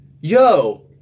yo